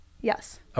yes